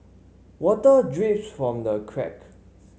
water drips from the cracks